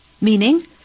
Meaning